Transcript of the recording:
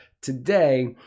today